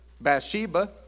Bathsheba